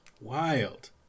wild